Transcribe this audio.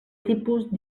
tipus